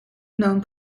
known